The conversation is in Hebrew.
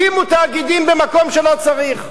הקימו תאגידים במקום שלא צריך.